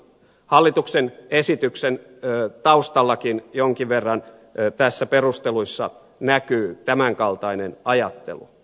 hallituksen esityksen taustallakin jonkin verran tässä perusteluissa näkyy tämän kaltainen ajattelu